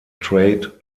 trade